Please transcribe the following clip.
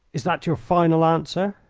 is that your final answer?